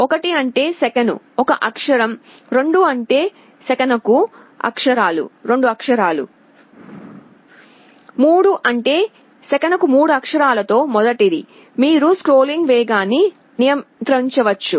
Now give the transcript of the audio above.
1 అంటే సెకనుకు 1 అక్షరం 2 అంటే సెకనుకు 2 అక్షరాలు 3 అంటే సెకనుకు 3 అక్షరాలలో మొదటిది మీరు స్క్రోలింగ్ వేగాన్ని నియంత్రించవచ్చు